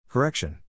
Correction